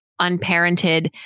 unparented